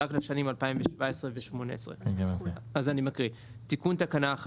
רק לשנים 2017 ו-2018: "תיקון תקנה 1